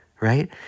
right